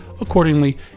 accordingly